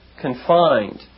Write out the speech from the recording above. confined